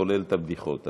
כולל הבדיחות,